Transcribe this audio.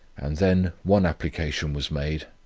and then one application was made,